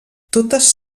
totes